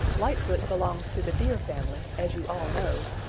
lightfoot belongs to the deer family, as you all know,